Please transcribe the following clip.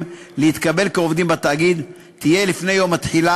להתקבל כעובדים בתאגיד תהיה לפני יום התחילה,